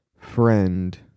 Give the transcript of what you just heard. friend